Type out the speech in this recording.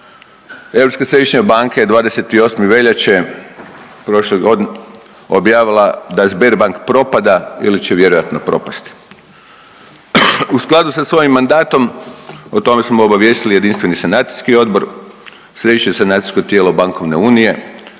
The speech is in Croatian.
Europska središnja banka je 28. veljače prošle godine objavila da Sberbanka propada ili će vjerojatno propasti. U skladu sa svojim mandatom, o tome smo obavijestili Jedinstveni sanacijski odbor, središnje sanacijsko tijelo bankovne unije.